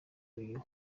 uyu